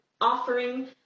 offering